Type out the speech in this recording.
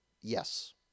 yes